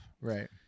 right